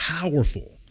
powerful